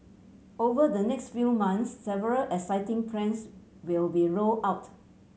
over the next few months several exciting plans will be rolled out